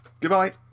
Goodbye